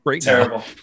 terrible